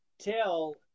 tell